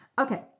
Okay